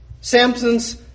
Samson's